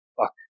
fuck